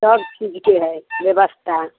सभ चीजके है व्यवस्था